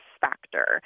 factor